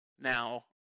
Now